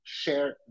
share